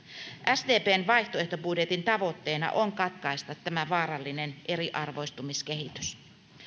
sdpn vaihtoehtobudjetin tavoitteena on katkaista tämä vaarallinen eriarvoistumiskehitys